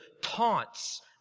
taunts